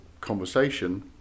conversation